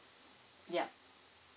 yup